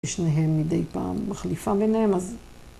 ‫שניהם מדי פעם מחליפה ביניהם, ‫אז...